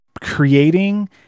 creating